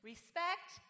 Respect